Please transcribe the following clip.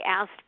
asked